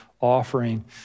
offering